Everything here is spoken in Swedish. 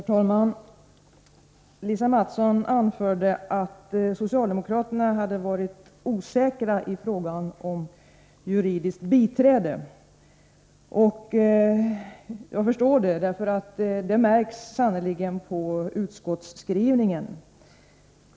Herr talman! Lisa Mattson anförde att socialdemokraterna hade varit osäkra i frågan om juridiskt biträde. Jag förstår det, därför att det märks sannerligen på utskottsskrivningen.